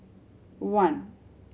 one